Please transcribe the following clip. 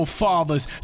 fathers